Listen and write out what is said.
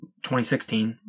2016